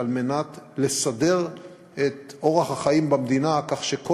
על מנת לסדר את אורח החיים במדינה כך שכל